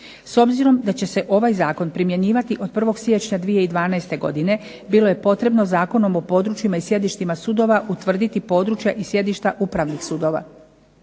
S obzirom da će se ovaj zakon primjenjivati od 1. siječnja 2012. godine bilo je potrebno Zakonom o područjima i sjedištima sudova utvrditi područja i sjedišta upravnih sudova.